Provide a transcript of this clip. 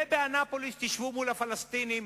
ובאנאפוליס תשבו מול הפלסטינים.